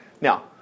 now